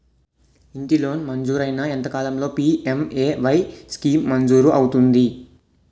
ఇంటి లోన్ మంజూరైన ఎంత కాలంలో పి.ఎం.ఎ.వై స్కీమ్ మంజూరు అవుతుంది?